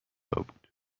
بود